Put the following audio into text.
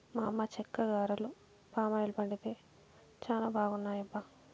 మా అమ్మ చెక్కిగారెలు పామాయిల్ వండితే చానా బాగున్నాయబ్బా